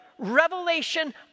revelation